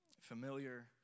familiar